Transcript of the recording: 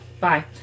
Bye